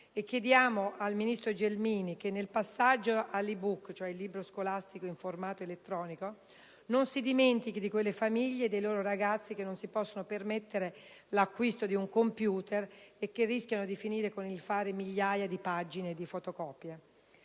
E chiediamo al ministro Gelmini che, nel passaggio all'*e-book*, il libro scolastico in formato elettronico, non si dimentichi di tutte quelle famiglie e dei loro ragazzi che non si possono permettere l'acquisto di un computer e che rischiano di dover fare migliaia di pagine di fotocopie.